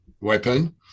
weapon